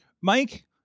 Mike